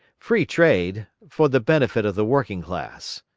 free trade for the benefit of the working class.